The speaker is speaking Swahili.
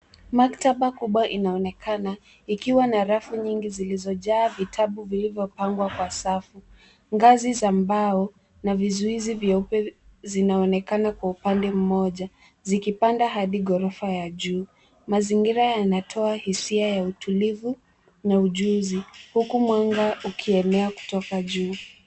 Maktaba kubwa inaonekana ikiwa na rafu nyingi zilizojaa vitabu vilivyopangwa kwa safu ,ngazi za mbao na vizuizi vyeupe zinaonekana kwa upande mmoja zikipanda hadi ghorofa ya juu, mazingira yanatoa hisia ya utulivu na ujuzi huku mwanga ukienea kutoka juu.